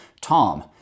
Tom